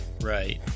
right